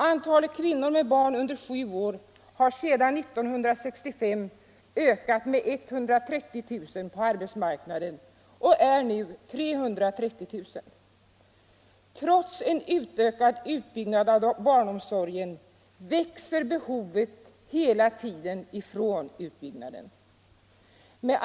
Antalet kvinnor med barn under sju år har sedan 1965 ökat med 130000 på arbetsmarknaden och är nu 330 000. Trots en ökad utbyggnad av barnomsorgen växer behovet sålunda hela tiden ifrån utbyggnaden.